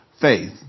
faith